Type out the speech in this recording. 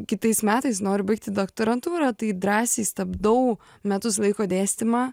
kitais metais noriu baigti doktorantūrą tai drąsiai stabdau metus laiko dėstymą